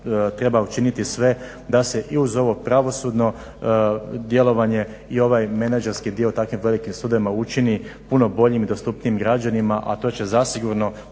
treba učiniti sve da se i uz ovo pravosudno djelovanje i ovaj menadžerski dio u takvim velikim sudovima učini puno boljim i dostupnijim građanima, a to će zasigurno